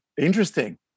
Interesting